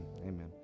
Amen